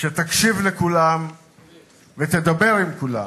שתקשיב לכולם ותדבר עם כולם.